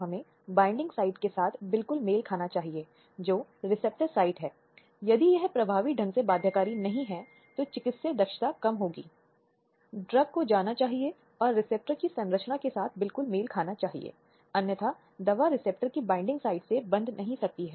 हम अपराधों के प्रकार के रूप में एक प्रकार का भेदभाव करने की कोशिश करते हैं जो कि जीवन और गरिमा के खिलाफ अपराधों के संदर्भ में हैं